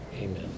Amen